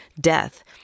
death